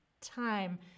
time